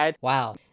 Wow